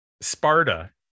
Sparta